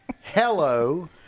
Hello